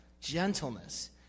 Gentleness